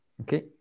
okay